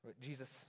Jesus